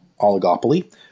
oligopoly